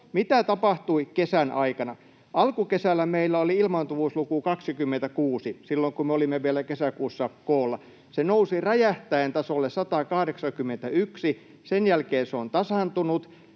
Mitä tapahtui kesän aikana? Alkukesällä meillä oli ilmaantuvuusluku 26, silloin, kun me olimme vielä kesäkuussa koolla. Se nousi räjähtäen tasolle 181. Sen jälkeen se on tasaantunut.